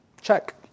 Check